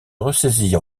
ressaisir